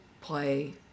play